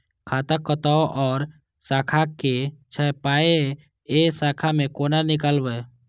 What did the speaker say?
खाता कतौ और शाखा के छै पाय ऐ शाखा से कोना नीकालबै?